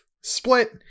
Split